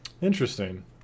Interesting